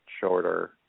shorter